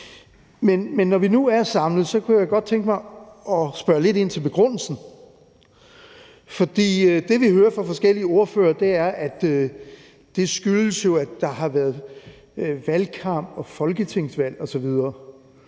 Men når vi nu er samlet, kunne jeg godt tænke mig at spørge lidt ind til begrundelsen. For det, vi hører fra forskellige ordførere, er, at det skyldes, at der har været en valgkamp og et folketingsvalg osv.,